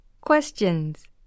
Questions